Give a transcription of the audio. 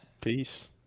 Peace